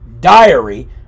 diary